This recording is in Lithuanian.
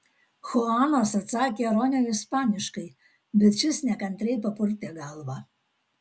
chuanas atsakė roniui ispaniškai bet šis nekantriai papurtė galvą